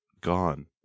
gone